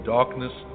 Darkness